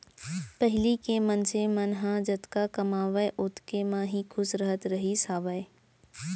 पहिली के मनसे मन ह जतका कमावय ओतका म ही खुस रहत रहिस हावय